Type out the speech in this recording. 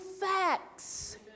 facts